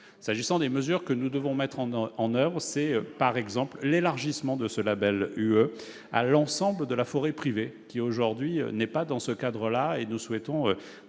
concerne les mesures que nous devons mettre en oeuvre, c'est par exemple l'élargissement de ce label UE à l'ensemble de la forêt privée, qui, aujourd'hui, n'est pas dans ce cadre. Nous souhaitons,